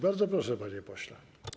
Bardzo proszę, panie pośle.